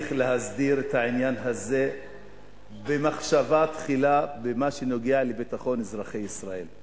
צריך להסדיר את העניין הזה במחשבה תחילה במה שנוגע לביטחון אזרחי ישראל.